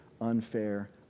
unfair